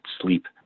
sleep